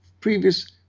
previous